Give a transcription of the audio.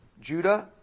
Judah